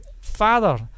Father